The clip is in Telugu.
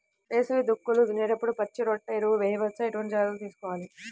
వేసవి దుక్కులు దున్నేప్పుడు పచ్చిరొట్ట ఎరువు వేయవచ్చా? ఎటువంటి జాగ్రత్తలు తీసుకోవాలి?